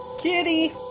Kitty